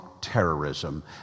terrorism